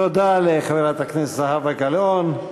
תודה לחברת הכנסת זהבה גלאון.